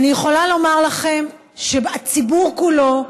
אני יכולה לומר לכם שהציבור כולו,